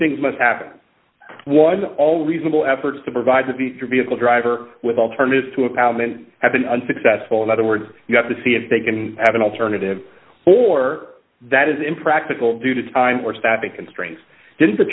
things must happen one all reasonable efforts to provide the vehicle driver with alternatives to a pow and have been unsuccessful in other words you have to see if they can have an alternative or that is impractical due to time or staffing constraints in the